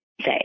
say